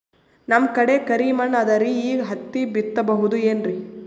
ನಮ್ ಕಡೆ ಕರಿ ಮಣ್ಣು ಅದರಿ, ಈಗ ಹತ್ತಿ ಬಿತ್ತಬಹುದು ಏನ್ರೀ?